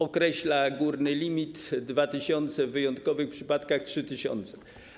Określa górny limit 2 tys., w wyjątkowych przypadkach 3 tys.